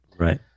Right